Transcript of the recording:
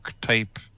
type